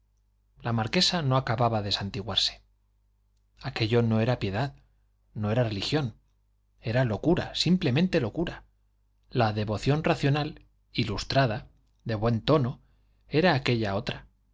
la marquesa no acababa de santiguarse aquello no era piedad no era religión era locura simplemente locura la devoción racional ilustrada de buen tono era aquella otra